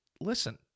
listen